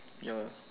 ya